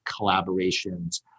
collaborations